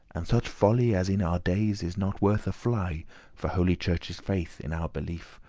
and such folly as in our dayes is not worth a fly for holy church's faith, in our believe,